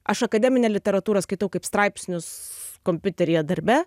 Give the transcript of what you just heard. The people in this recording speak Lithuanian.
aš akademinę literatūrą skaitau kaip straipsnius kompiuteryje darbe